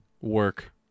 Work